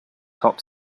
top